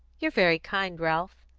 you're very kind, ralph.